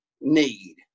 need